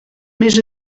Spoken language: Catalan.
més